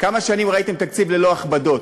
כמה שנים לא ראיתם תקציב ללא הכבדות,